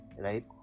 right